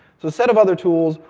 so, a set of other tools,